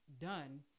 done